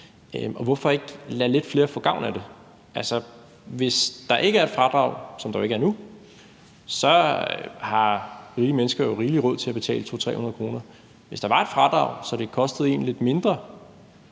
hvorfor ikke lade lidt flere få gavn af det? Altså, hvis der ikke er et fradrag, som der jo ikke er nu, så har rige mennesker jo rigelig råd til at betale 200-300 kr. Hvis der var et fradrag, så det kostede en lidt mindre